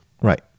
Right